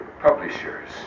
publishers